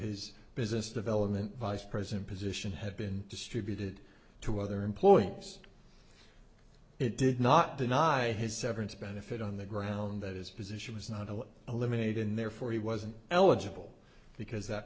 his business development vice president position had been distributed to other employees it did not deny his severance benefit on the ground that is a position was not to eliminate and therefore he wasn't eligible because that